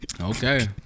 Okay